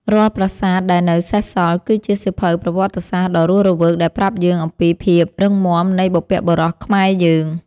រាល់ប្រាសាទដែលនៅសេសសល់គឺជាសៀវភៅប្រវត្តិសាស្ត្រដ៏រស់រវើកដែលប្រាប់យើងអំពីភាពរឹងមាំនៃបុព្វបុរសខ្មែរយើង។